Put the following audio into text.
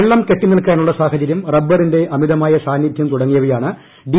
വെള്ളം കെട്ടി നിൽക്കാനുള്ള സാഹചര്യം റബ്ബറിന്റെ അമിതമായ സാന്നിധ്യം തുടങ്ങിയവയാണ് ഡി